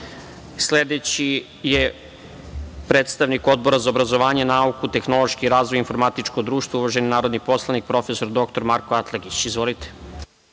je predstavnik Odbora za obrazovanje, nauku, tehnološki razvoj, informatičko društvo, uvaženi narodni poslanik profesor doktor Marko Atlagić. Izvolite.